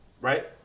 Right